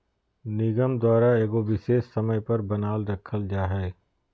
निगम द्वारा एगो विशेष समय पर बनाल रखल जा हइ